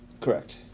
Correct